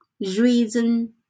reason